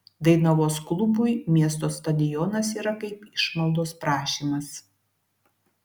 dainavos klubui miesto stadionas yra kaip išmaldos prašymas